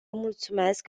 mulțumesc